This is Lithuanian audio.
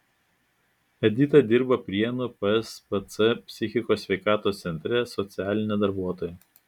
edita dirba prienų pspc psichikos sveikatos centre socialine darbuotoja